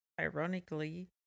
ironically